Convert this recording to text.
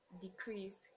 Decreased